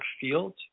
field